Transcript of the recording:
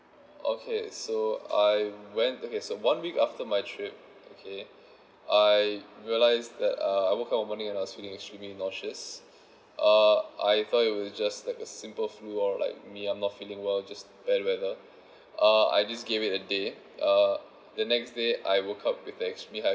okay so I went okay so one week after my trip okay I realised that uh I woke up one morning and I was feeling extremely nauseous uh I thought it was just like a simple flu or like me I'm not feeling well just bad whether uh I just give it a day uh the next day I woke up with extremely high